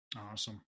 awesome